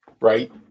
right